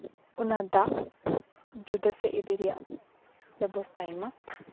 ᱚᱱᱟ ᱫᱟᱜ ᱡᱩᱫᱟᱹ ᱥᱮᱜ ᱤᱫᱤ ᱨᱮᱭᱟᱜ ᱵᱮᱵᱚᱥᱛᱷᱟᱭ ᱢᱟ